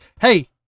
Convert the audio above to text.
Hey